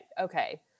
okay